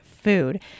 food